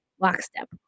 lockstep